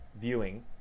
viewing